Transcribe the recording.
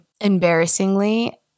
Embarrassingly